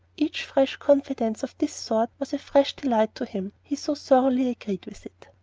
each fresh confidence of this sort was a fresh delight to him, he so thoroughly agreed with it.